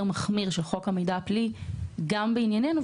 מחמיר של חוק המידע הפלילי גם בענייננו,